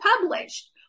published